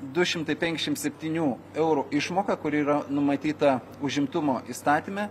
du šimtai penkdešim septynių eurų išmoka kuri yra numatyta užimtumo įstatyme